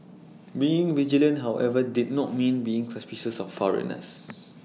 being vigilant however did not mean being suspicious of foreigners